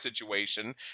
situation